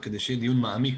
וכדי שיהיה דיון מעמיק,